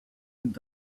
and